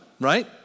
right